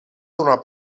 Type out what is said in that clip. d’una